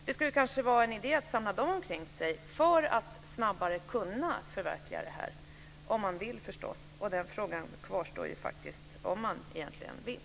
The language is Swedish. Det skulle kanske vara en idé att samla dem kring sig för att snabbare kunna förverkliga det här, om man vill förstås. Och frågan kvarstår faktiskt om man egentligen vill.